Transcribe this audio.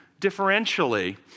differentially